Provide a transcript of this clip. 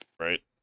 Right